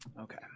Okay